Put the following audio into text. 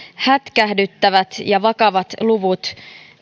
hätkähdyttävät ja vakavat luvut